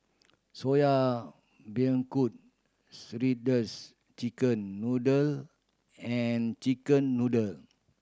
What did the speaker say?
Soya Beancurd shredded chicken noodle and chicken noodle